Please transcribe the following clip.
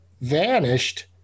vanished